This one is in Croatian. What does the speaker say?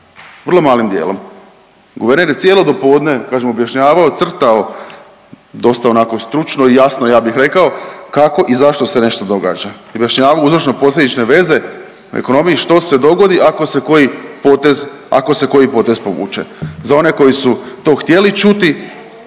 vrlo malim dijelom. Guverner je cijelo dopodne kažem objašnjavao i crtao dosta onako stručno i jasno ja bih rekao kako i zašto se nešto događa i objašnjavao uzročno-posljedične veze u ekonomiji što se dogodi ako se koji potez, ako se koji potez povuče. Za one koji su to htjeli čuti,